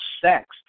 sex